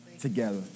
together